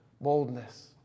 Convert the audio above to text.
boldness